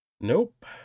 Nope